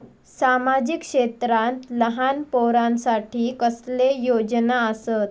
सामाजिक क्षेत्रांत लहान पोरानसाठी कसले योजना आसत?